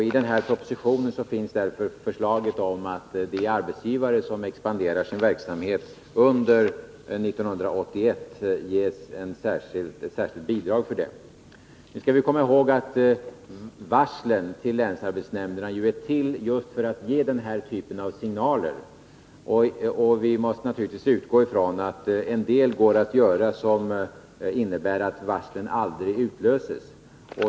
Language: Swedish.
I propositionen finns därför förslag om att de arbetsgivare som expanderar sin verksamhet under 1981 skall ges ett särskilt bidrag för det. Nu skall vi komma ihåg att varslen till länsarbetsnämnderna är till just för att ge den här typen av signaler, och vi måste naturligtvis utgå från att det går att göra en del som innebär att varslen aldrig utlöses.